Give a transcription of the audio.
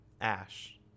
Ash